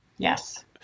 Yes